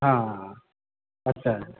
অঁ আচ্ছা